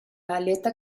aleta